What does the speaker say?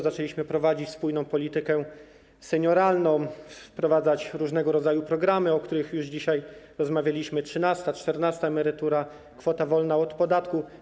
Zaczęliśmy prowadzić spójną politykę senioralną, wprowadzać różnego rodzaju programy, o których już dzisiaj rozmawialiśmy: trzynasta, czternasta emerytura, kwota wolna od podatku.